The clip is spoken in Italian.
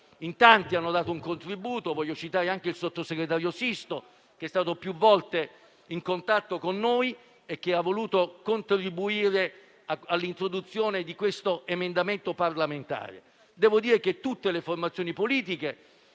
In tanti hanno dato il loro contributo e voglio citare anche il sottosegretario Sisto, che è stato più volte in contatto con noi e ha voluto contribuire all'introduzione al relativo emendamento parlamentare. Devo dire che tutte le formazioni politiche,